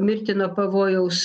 mirtino pavojaus